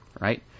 Right